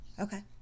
Okay